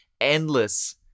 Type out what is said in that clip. endless